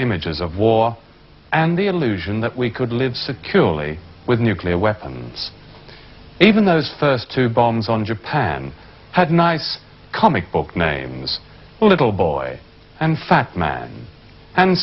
images of war and the illusion that we could live securely with nuclear weapons even those first two bombs on japan had nice comic book names little boy and fat man and